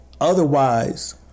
otherwise